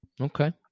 Okay